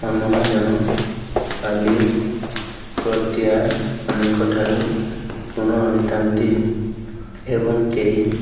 ମହାଜନ ମାଲିକ୍ କର୍ତ୍ତିଆମାନଙ୍କଠାରୁ ଋଣ ଆଣିଥାନ୍ତି ଏବଂ କେହି